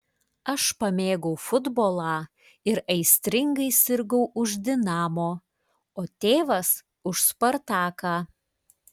aš pamėgau futbolą ir aistringai sirgau už dinamo o tėvas už spartaką